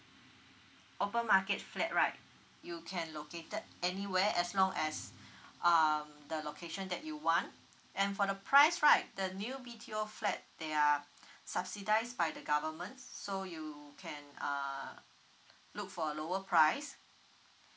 open market flat right you can located anywhere as long as um the location that you want and for the price right the new B_T_O flat they are subsidised by the government so you can uh look for lower price